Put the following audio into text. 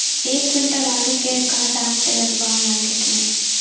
एक क्विंटल आलू के का दाम चलत बा मार्केट मे?